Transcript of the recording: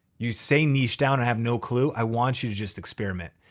you say niche down, i have no clue. i want you to just experiment.